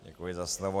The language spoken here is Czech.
Děkuji za slovo.